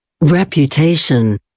Reputation